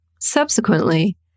Subsequently